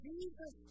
Jesus